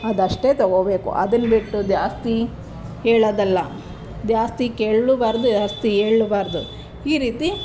ಅದಷ್ಟೇ ತೊಗೊಳ್ಬೇಕು ಅದನ್ನ ಬಿಟ್ಟು ಜಾಸ್ತಿ ಹೇಳೋದಲ್ಲ ಜಾಸ್ತಿ ಕೇಳಲೂಬಾರ್ದು ಜಾಸ್ತಿ ಹೇಳಲೂ ಬಾರದು ಈ ರೀತಿ